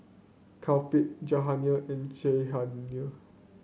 Kapil Jahangir and Jahangir